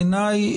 בעיניי,